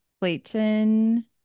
Clayton